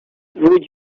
would